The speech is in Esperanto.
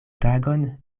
tagon